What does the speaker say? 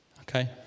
Okay